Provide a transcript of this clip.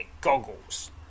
Goggles